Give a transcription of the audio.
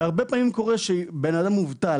הרבה פעמים קורה שבן אדם מובטל,